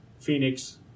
Phoenix